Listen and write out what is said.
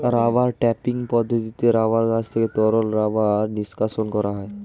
rubber tapping পদ্ধতিতে rubber গাছ থেকে তরল রাবার নিষ্কাশণ করা হয়